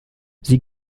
sie